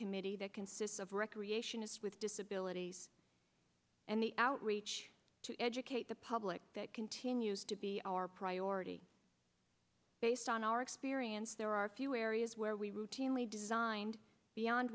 committee that consists of recreationists with disabilities and the outreach to educate the public that continues to be our priority based on our experience there are few areas where we routinely designed beyond